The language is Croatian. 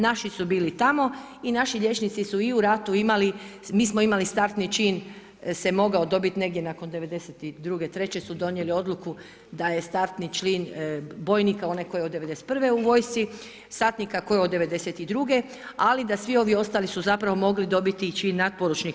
Naši su bili tamo i naši liječnici su i u ratu imali, mi smo imali startni čin se mogao dobit negdje nakon '92.-e, treće su donijeli odluku da je startni čin bojnika, onaj koji je od ’91.-e u vojsci, satnika koji je od '92.-e, ali da svi ovi ostali su zapravo mogli dobiti čin natporučnika.